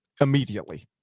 Immediately